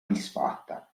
disfatta